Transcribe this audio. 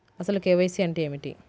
అసలు కే.వై.సి అంటే ఏమిటి?